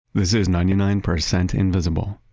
this is ninety nine percent invisible.